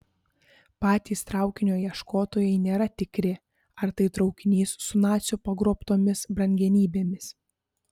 patys traukinio ieškotojai nėra tikri ar tai traukinys su nacių pagrobtomis brangenybėmis